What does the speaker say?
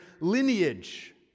lineage